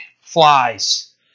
flies